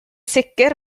sicr